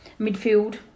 midfield